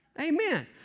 Amen